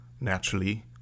Naturally